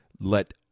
let